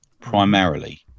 primarily